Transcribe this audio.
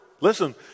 Listen